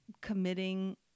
committing